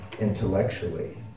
intellectually